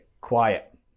quiet